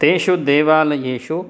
तेषु देवालयेषु